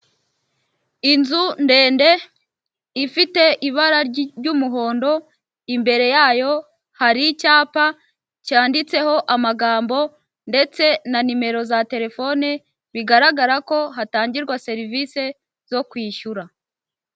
Inzu ndende ifite ibara ry'umuhondo, imbere yayo hari icyapa cyanditseho amagambo ndetse na nimero za telefone, bigaragara ko hatangirwa serivisi zo kwishyura.